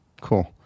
Cool